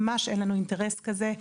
ממש אין לנו אינטרס כזה,